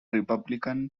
republican